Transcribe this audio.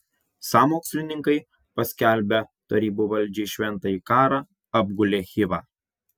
sąmokslininkai paskelbę tarybų valdžiai šventąjį karą apgulė chivą